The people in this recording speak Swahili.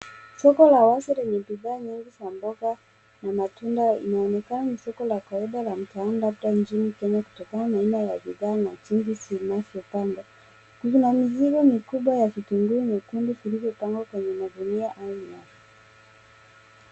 Soko la wazi lenye bidhaa nyingi za mboga na matunda linaonekana ni soko la kawaida la mtaani labda nchini kenya kutokana na aina za bidhaa na jinsi zinavyo pangwa. Kuna mizigo mikubwa ya vitunguu nyekundu vilivyo pangwa kwenye magunia au nyavu.